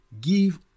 Give